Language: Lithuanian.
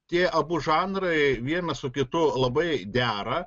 tie abu žanrai vienas su kitu labai dera